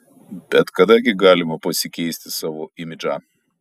bet kada gi galima pasikeisti savo imidžą